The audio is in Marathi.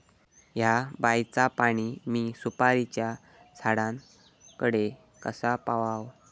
हया बायचा पाणी मी सुपारीच्या झाडान कडे कसा पावाव?